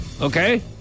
Okay